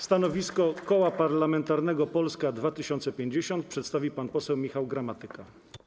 Stanowisko Koła Parlamentarnego Polska 2050 przedstawi pan poseł Michał Gramatyka.